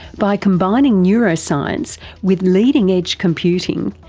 by combining neuroscience with leading edge computing,